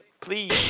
Please